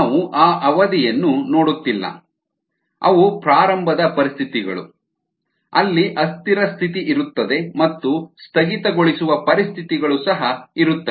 ನಾವು ಆ ಅವಧಿಯನ್ನು ನೋಡುತ್ತಿಲ್ಲ ಅವು ಪ್ರಾರಂಭದ ಪರಿಸ್ಥಿತಿಗಳು ಅಲ್ಲಿ ಅಸ್ಥಿರ ಸ್ಥಿತಿ ಇರುತ್ತದೆ ಮತ್ತು ಸ್ಥಗಿತಗೊಳಿಸುವ ಪರಿಸ್ಥಿತಿಗಳು ಸಹ ಇರುತ್ತವೆ